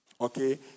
okay